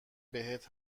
بهت